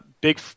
big